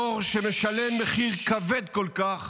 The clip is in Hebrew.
דור שמשלם מחיר כבד כל כך